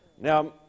Now